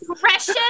precious